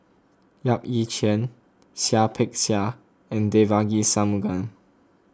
Yap Ee Chian Seah Peck Seah and Devagi Sanmugam